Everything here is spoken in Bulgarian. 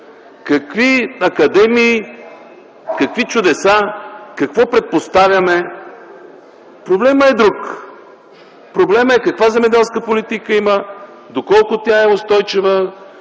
Какви академии, какви чудеса, какво предпоставяме? Проблемът е друг. Проблемът е каква земеделска политика има, доколко тя е устойчива,